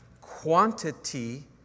quantity